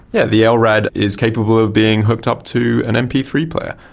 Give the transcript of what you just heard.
yeah the ah lrad is capable of being hooked up to an m p three player.